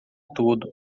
tudo